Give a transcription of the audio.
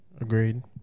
Agreed